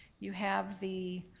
you have the